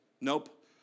nope